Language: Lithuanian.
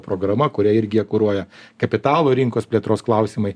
programa kurią irgi jie kuruoja kapitalo rinkos plėtros klausimai